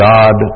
God